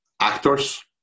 actors